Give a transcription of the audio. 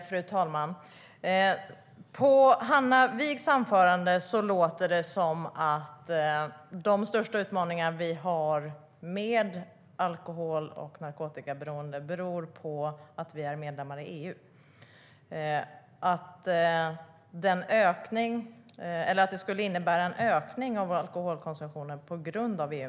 Fru talman! På Hanna Wigh låter det som att de största utmaningarna vi har med alkohol och narkotikaberoende beror på att vi är medlemmar i EU och att EU-medlemskapet alltså skulle innebära en ökning av alkoholkonsumtionen.